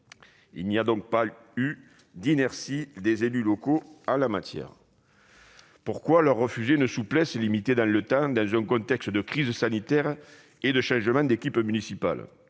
Il n'y a donc pas eu d'inertie des élus locaux en la matière. Pourquoi leur refuser une souplesse, limitée dans le temps, dans un contexte de crise sanitaire et de changement d'équipes municipales ?